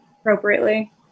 appropriately